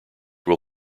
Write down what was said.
will